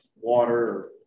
water